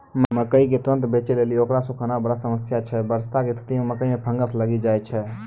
मकई के तुरन्त बेचे लेली उकरा सुखाना बड़ा समस्या छैय वर्षा के स्तिथि मे मकई मे फंगस लागि जाय छैय?